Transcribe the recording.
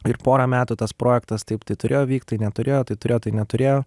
ir porą metų tas projektas taip tai turėjo vykt tai neturėjo tai turėjo tai neturėjo